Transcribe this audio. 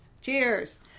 Cheers